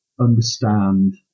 understand